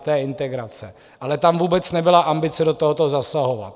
To je integrace, ale tam vůbec nebyla ambice do tohoto zasahovat.